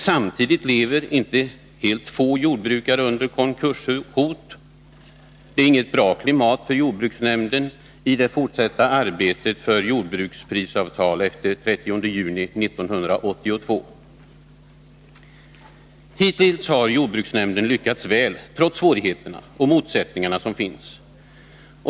Samtidigt lever inte helt få jordbrukare under konkurshot. Detta är inget bra klimat för jordbruksnämnden i det fortsatta arbetet för ett jordbruksprisavtal efter den 30 juni 1982. Hittills har jordbruksnämnden lyckats väl, trots de svårigheter och motsättningar som finns.